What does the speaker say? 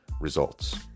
Results